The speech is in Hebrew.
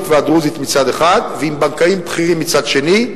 והדרוזית מצד אחד ועם בנקאים בכירים מצד שני.